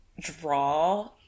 draw